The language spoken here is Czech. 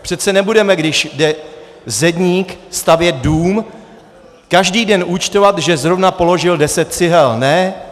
Přece nebudeme, když jde zedník stavět dům, každý den účtovat, že zrovna položil deset cihel!